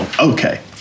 Okay